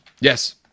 Yes